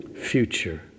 Future